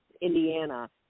Indiana